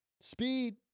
Speed